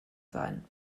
sein